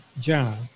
John